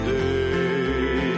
day